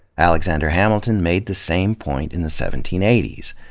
alexander hamilton made the same point in the seventeen eighty s.